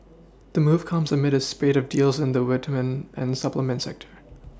the move comes amid a spate of deals in the vitamin and supplement sector